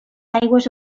aigües